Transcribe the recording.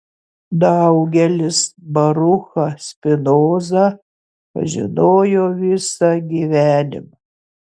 daugelis baruchą spinozą pažinojo visą gyvenimą